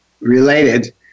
related